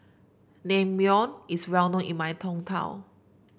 naengmyeon is well known in my hometown